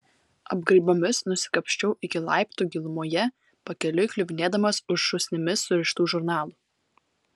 apgraibomis nusikapsčiau iki laiptų gilumoje pakeliui kliuvinėdamas už šūsnimis surištų žurnalų